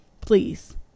please